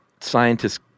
scientists